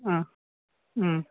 ആ മ്